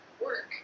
work